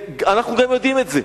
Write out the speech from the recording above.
אנחנו גם יודעים את זה.